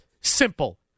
Simple